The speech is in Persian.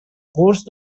قرص